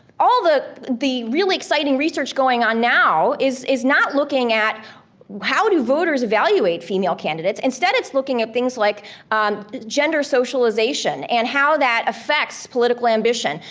all the the real exciting research going on now is is not looking at how do voters evaluate female candidates, instead it's looking at things like gender socialization and how that affects political ambition.